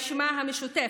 הרשימה המשותפת,